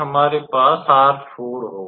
हमारे पास होगा